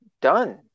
done